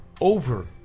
over